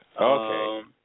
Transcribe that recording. Okay